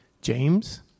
James